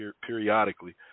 periodically